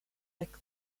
nick